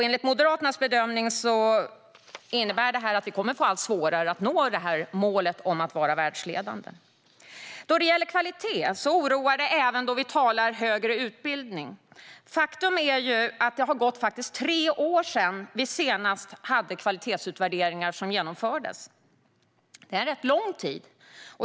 Enligt Moderaternas bedömning innebär detta att vi kommer att få allt svårare att nå målet om att vara världsledande. Kvaliteten oroar även när vi talar om högre utbildning. Faktum är att det nu har gått tre år sedan vi senast genomförde kvalitetsutvärderingar. Det är en lång tid.